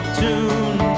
tune